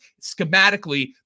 schematically